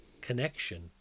connection